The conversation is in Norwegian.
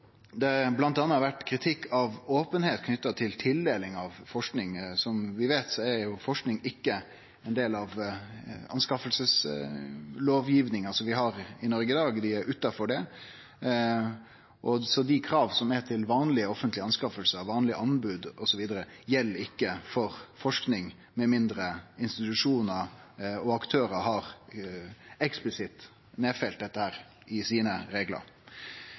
har bl.a. kome kritikk av openheita knytt til tildeling av forsking. Som vi veit, er ikkje forsking ein del av anskaffingslovgivinga som vi har i Noreg i dag. Det ligg utanfor det, så dei krava som er til vanlege offentlege anskaffingar, vanlege anbod, gjeld ikkje for forsking, med mindre institusjonar og aktørar eksplisitt har nedfelt det i reglane sine.